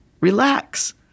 Relax